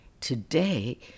Today